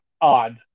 odd